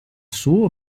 suo